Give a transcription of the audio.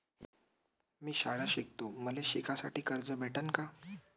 मी शाळा शिकतो, मले शिकासाठी कर्ज भेटन का?